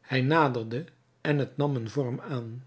hij naderde en t nam een vorm aan